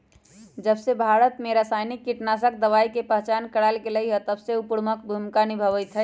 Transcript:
जबसे भारत में रसायनिक कीटनाशक दवाई के पहचान करावल गएल है तबसे उ प्रमुख भूमिका निभाई थई